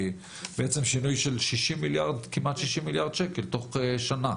בעצם זה שינוי של כמעט 60 מיליארד שקל תוך שנה.